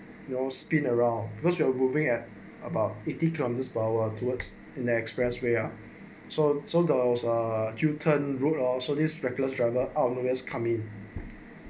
your spin around because you are moving at about eighty kilometres per hour towards an expressway are so so those uh U turn route or so this reckless driver out look come in